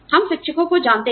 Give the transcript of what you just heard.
हम शिक्षकों को जानते हैं